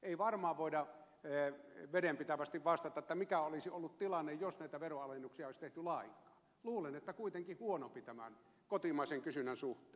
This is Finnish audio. ei varmaan voida vedenpitävästi vastata mikä olisi ollut tilanne jos näitä veronalennuksia ei olisi tehty lainkaan luulen että kuitenkin huonompi tämän kotimaisen kysynnän suhteen